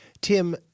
Tim